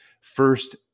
first